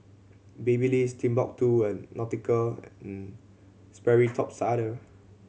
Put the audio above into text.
Babyliss Timbuk Two and Nautica and Sperry Top Sider